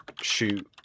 shoot